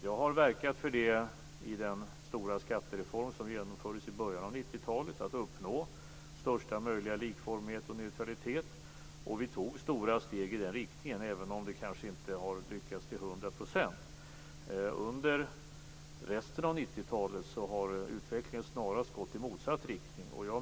Jag har verkat i den stora skattereform som genomfördes i början av 90-talet för att uppnå största möjliga likformighet och neutralitet. Vi tog stora steg i den riktningen även om det kanske inte har lyckats till hundra procent. Under resten av 90-talet har utvecklingen snarast gått i motsatt riktning.